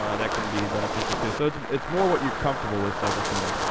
ah that can be beneficial, too. so it's it's more what you're comfortable with, psychosooner.